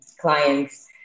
clients